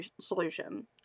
solution